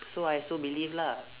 so I also believe lah